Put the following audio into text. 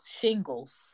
shingles